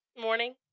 Morning